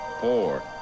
Four